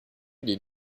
des